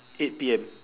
eight P_M